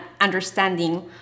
understanding